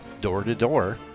door-to-door